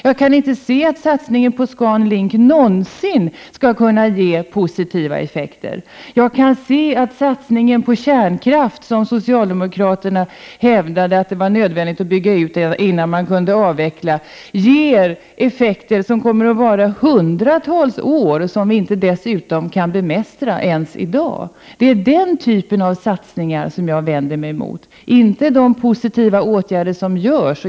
Jag kan inte se att satsningen på ScanLink någonsin skall kunna ge positiva effekter. Satsningen på kärnkraft, som socialdemokraterna hävdade var nödvändig innan man kunde avveckla, ger effekter som kommer att vara i hundratals år och som vi dessutom inte kan bemästra ens i dag. Det är den typen av satsningar som jag vänder mig mot, inte de positiva åtgärder som görs.